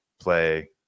play